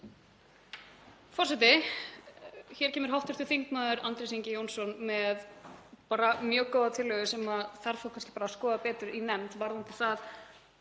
Forseti. Hér kemur hv. þm. Andrés Ingi Jónsson með bara mjög góða tillögu sem þarf þá kannski að skoða betur í nefnd varðandi það